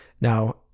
Now